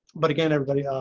but again, everybody.